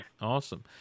Awesome